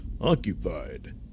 occupied